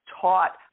taught